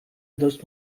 dość